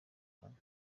abantu